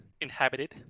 inhabited